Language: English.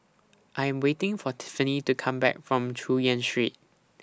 I'm waiting For Tiffany to Come Back from Chu Yen Street